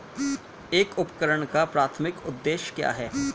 एक उपकरण का प्राथमिक उद्देश्य क्या है?